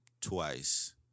twice